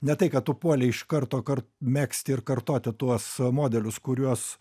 ne tai kad tu puolei iš karto kart megzti ir kartoti tuos modelius kuriuos